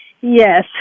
Yes